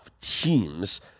teams